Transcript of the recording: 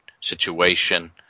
situation